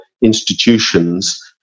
institutions